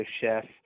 chef